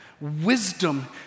Wisdom